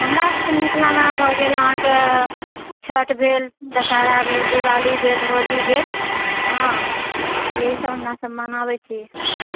हमरा सभकेँ मिथिलामे भए गेल अहाँकेँ छठि भेल दशहरा भेल दिवाली भेल होली भेल हँ इएह सब हमरा सभ मनाबए छिऐ हमरा